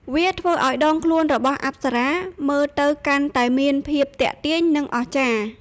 វាធ្វើឱ្យដងខ្លួនរបស់អប្សរាមើលទៅកាន់តែមានភាពទាក់ទាញ និងអស្ចារ្យ។